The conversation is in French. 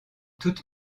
toute